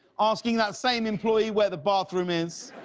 asking that same employee where the bathroom is.